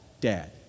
dad